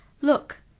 look